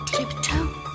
Tiptoe